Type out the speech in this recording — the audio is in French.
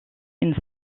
une